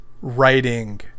writing